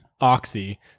oxy